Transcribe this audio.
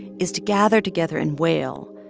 is to gather together and wail.